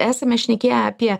esame šnekėję apie